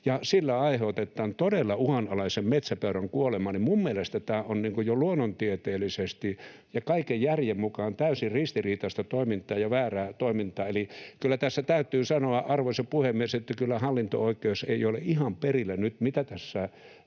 sillä aiheutetaan todella uhanalaisen metsäpeuran kuolema, niin minun mielestäni tämä on jo luonnontieteellisesti ja kaiken järjen mukaan täysin ristiriitaista toimintaa ja väärää toimintaa. Eli kyllä tässä täytyy sanoa, arvoisa puhemies, että kyllä hallinto-oikeus ei ole ihan perillä nyt siitä,